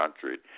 country